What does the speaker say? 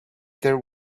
there